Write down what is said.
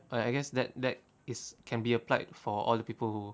I I guess that that is can be applied for all the people who